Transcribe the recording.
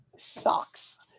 sucks